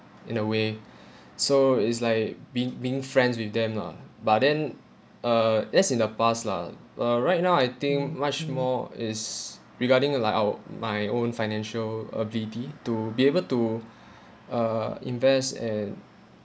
in a way so is like being being friends with them lah but then uh that's in the past lah uh right now I think much more is regarding uh like our my own financial ability to be able to uh invest and